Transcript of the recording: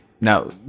No